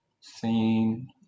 seen